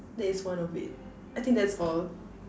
that is one of it I think that's all